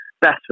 best